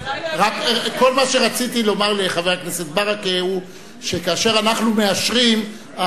כל מה שרציתי לומר לחבר הכנסת ברכה הוא שכאשר אנחנו מאשרים,